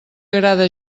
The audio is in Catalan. agrada